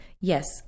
yes